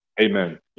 Amen